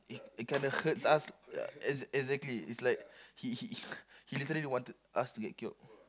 it it kinda hurts us uh exa~ exactly it's like he he he literally wanted us to get killed